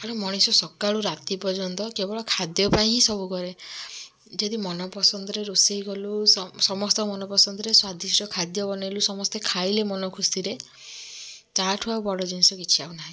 ମଣିଷ ସକାଳୁ ରାତି ପର୍ଯ୍ୟନ୍ତ କେବଳ ଖାଦ୍ୟ ପାଇଁ ହିଁ ସବୁ କରେ ଯଦି ମନ ପସନ୍ଦରେ ରୋଷେଇ କଲୁ ସମସ୍ତଙ୍କ ମନ ପସନ୍ଦରେ ସ୍ଵାଦିଷ୍ଟ ଖାଦ୍ୟ ବନିଇଲୁ ସମସ୍ତେ ଖାଇଲେ ମନ ଖୁସିରେ ତାହାଠୁ ଆଉ ବଡ ଜିନିଷ କିଛି ନାହିଁ